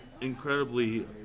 incredibly